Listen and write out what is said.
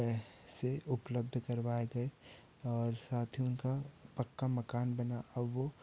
पैसे उपलब्ध करवाए गए और साथ ही उनका पक्का मकान बना अब वो